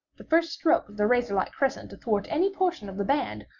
the first stroke of the razorlike crescent athwart any portion of the band,